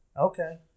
okay